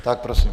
Tak prosím.